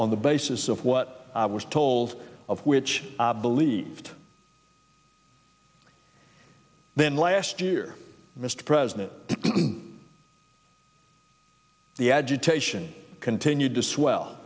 on the basis of what i was told of which i believed then last year mr president the agitation continued to swell